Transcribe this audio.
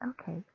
okay